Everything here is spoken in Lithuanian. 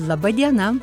laba diena